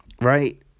right